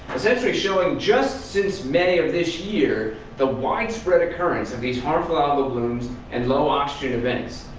essentially showing just since may of this year the widespread occurrence of these harmful algal blooms and low oxygen events.